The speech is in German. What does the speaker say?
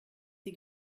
sie